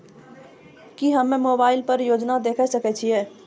की हम्मे मोबाइल पर योजना देखय सकय छियै?